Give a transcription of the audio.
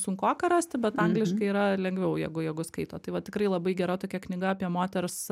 sunkoka rasti bet angliškai yra lengviau jeigu jeigu skaito tai va tikrai labai gera tokia knyga apie moters